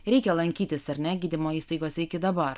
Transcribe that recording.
reikia lankytis ar ne gydymo įstaigose iki dabar